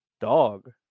dog